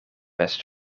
best